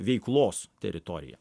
veiklos teritorija